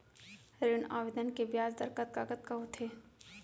ऋण आवेदन के ब्याज दर कतका कतका होथे?